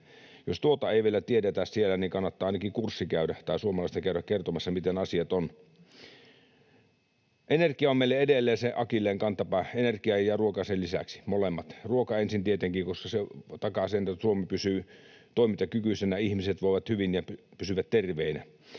Jos tuota ei vielä tiedetä siellä, niin kannattaa ainakin kurssi käydä tai suomalaisten käydä kertomassa, miten asiat ovat. Energia on meille edelleen se akilleenkantapää, energia ja ruoka sen lisäksi — molemmat, mutta ruoka ensin tietenkin, koska se takaa sen, että Suomi pysyy toimintakykyisenä, ihmiset voivat hyvin ja pysyvät terveinä.